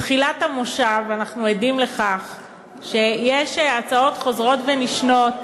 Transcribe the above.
מתחילת המושב אנחנו עדים להצעות חוזרות ונשנות